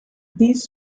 these